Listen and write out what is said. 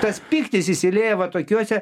tas pyktis išsilieja va tokiuose